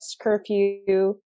curfew